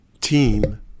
team